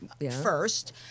first